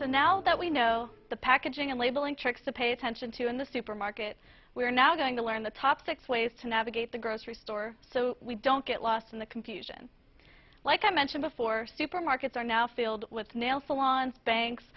so now that we know the packaging and labeling tricks to pay attention to in the supermarket we are now going to learn the top six ways to navigate the grocery store so we don't get lost in the confusion like i mentioned before supermarkets are now filled with nail salons banks